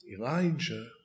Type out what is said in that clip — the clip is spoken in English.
Elijah